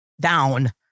down